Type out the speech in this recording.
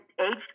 aged